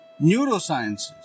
Neurosciences